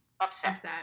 upset